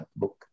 book